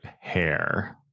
hair